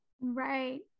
Right